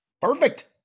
Perfect